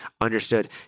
understood